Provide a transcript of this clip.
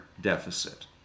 deficit